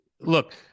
look